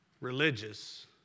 religious